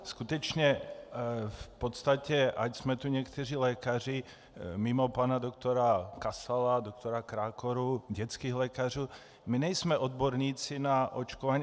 Skutečně, v podstatě, ač jsme tu někteří lékaři, mimo pana doktora Kasala, doktora Krákoru, dětských lékařů, my nejsme odborníci na očkování.